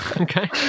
okay